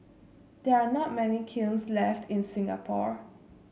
there are not many kilns left in Singapore